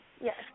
Yes